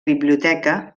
biblioteca